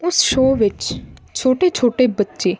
ਉਸ ਸ਼ੋਅ ਵਿੱਚ ਛੋਟੇ ਛੋਟੇ ਬੱਚੇ